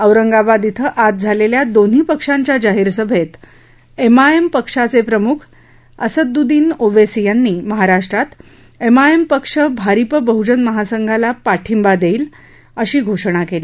औरंगाबाद इथं आज झालेल्या दोन्ही पक्षांच्या जाहीर सभेत एमआयएम पक्षाचे प्रमुख असदुद्दीन ओवेसी यांनी महाराष्ट्रात एमआयएम पक्ष भारीप बहुजन महासंघाला पाठिंबा देईल अशी घोषणा केली